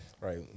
Right